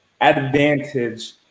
advantage